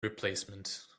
replacement